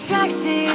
Sexy